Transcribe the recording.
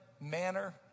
manner